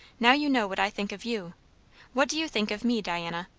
now you know what i think of you what do you think of me, diana?